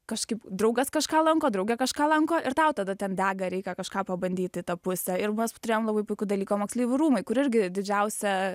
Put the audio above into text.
kažkaip draugas kažką lanko drauge kažką lanko ir tau tada ten dega reikia kažką pabandyt į tą pusę ir mes turėjom labai puikų dalyką moksleivių rūmai kur irgi didžiausią